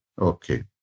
Okay